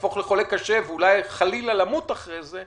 להפוך לחולה קשה ואולי חלילה למות לאחר מכן,